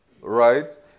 Right